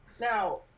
Now